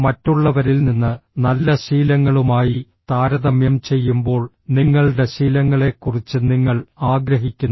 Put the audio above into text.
മറ്റുള്ളവരിൽ നിന്ന് നല്ല ശീലങ്ങളുമായി താരതമ്യം ചെയ്യുമ്പോൾ നിങ്ങളുടെ ശീലങ്ങളെക്കുറിച്ച് നിങ്ങൾ ആഗ്രഹിക്കുന്നു